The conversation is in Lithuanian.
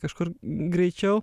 kažkur greičiau